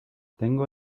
tengo